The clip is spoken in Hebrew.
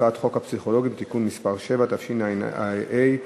הצעת חוק הפסיכולוגים (תיקון מס' 7), התשע"ה 2014,